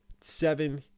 seven